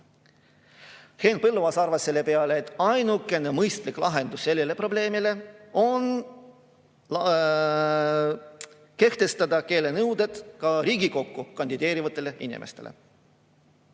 Henn Põlluaas arvas selle peale, et ainukene mõistlik lahendus sellele probleemile on kehtestada keelenõue ka Riigikokku kandideerivatele inimestele.